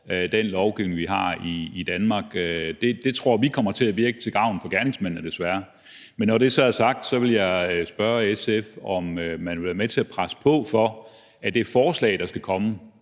den lovgivning, vi har i Danmark. Det tror vi kommer til at virke til gavn for gerningsmændene – desværre. Men når det så er sagt, vil jeg spørge SF, om man vil være med til at presse på i forhold til det forslag, der skal komme